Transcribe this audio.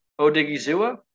Odigizua